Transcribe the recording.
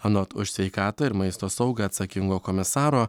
anot už sveikatą ir maisto saugą atsakingo komisaro